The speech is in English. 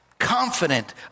confident